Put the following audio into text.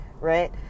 right